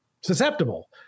susceptible